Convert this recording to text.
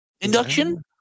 induction